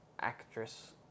actress